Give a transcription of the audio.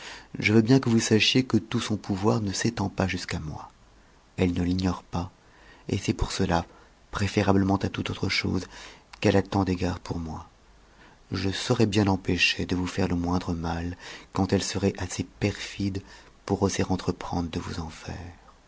je veux bien que vous sachiez que tout son pouvoir ne s'étend pas jusqu'à moi elle ne l'ignore pas et c'est pour cela préférablement à toute autre chose qu'elle a tant d'égards pour moi je saurai bien l'empêcher de vous faire le moindre mal quand elle serait assez perfide pour oser entreprendre de vous en faire